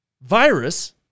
virus